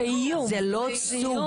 זה איום מפורש.